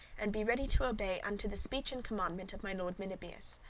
and be ready to obey unto the speech and commandment of my lord meliboeus.